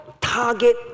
target